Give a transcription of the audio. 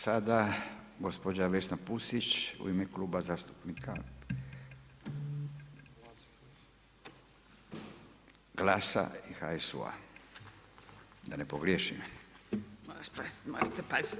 Sada gospođa Vesna Pusić u ime Kluba zastupnika GLAS-a i HSU-a, da ne pogriješim.